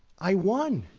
i won.